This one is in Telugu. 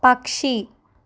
పక్షి